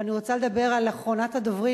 אבל אני רוצה לדבר על אחרונת הדוברים,